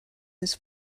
his